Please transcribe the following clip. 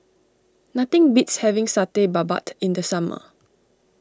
nothing beats having Satay Babat in the summer